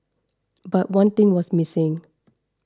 but one thing was missing